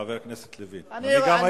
חבר הכנסת לוין, אני נורא מצטער.